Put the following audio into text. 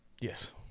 Yes